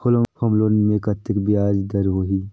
Home loan मे कतेक ब्याज दर होही?